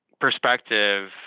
perspective